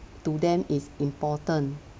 to them is important